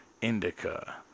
Indica